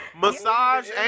Massage